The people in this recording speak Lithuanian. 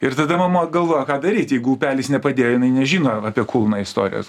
ir tada mama galvoja ką daryt jeigu upelis nepadėjo jinai nežino apie kulną istorijos